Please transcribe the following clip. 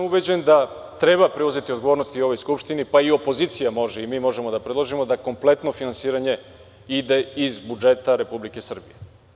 Ubeđen sam da treba preuzeti odgovornost u ovoj Skupštini, pa i opozicija može i mi možemo da predložimo da kompletno finansiranje ide iz budžeta Republike Srbije.